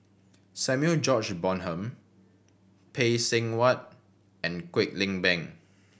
Samuel George Bonham Phay Seng Whatt and Kwek Leng Beng